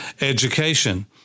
education